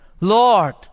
Lord